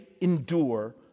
endure